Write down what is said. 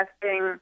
testing